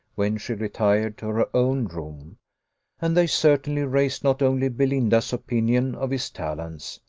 when she retired to her own room and they certainly raised not only belinda's opinion of his talents,